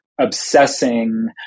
obsessing